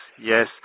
yes